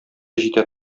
җитә